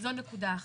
זאת נקודה אחת.